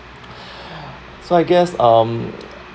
so I guess um